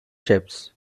ships